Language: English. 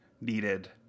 needed